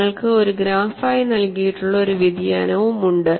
നിങ്ങൾക്ക് ഒരു ഗ്രാഫായി നൽകിയിട്ടുള്ള ഒരു വ്യതിയാനവും ഉണ്ട്